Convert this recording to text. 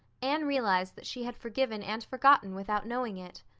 anne realized that she had forgiven and forgotten without knowing it.